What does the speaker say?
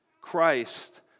Christ